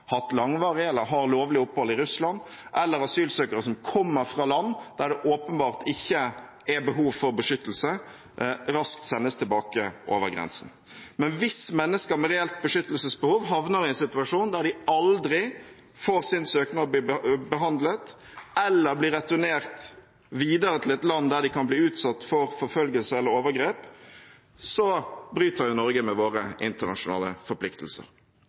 hatt langvarig eller har lovlig opphold i Russland, eller asylsøkere som kommer fra land der det åpenbart ikke er behov for beskyttelse, raskt sendes tilbake over grensen. Men hvis mennesker med reelt beskyttelsesbehov havner i en situasjon der de aldri får sin søknad behandlet, eller blir returnert videre til et land der de kan bli utsatt for forfølgelse eller overgrep, bryter Norge med våre internasjonale forpliktelser.